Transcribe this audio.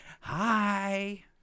hi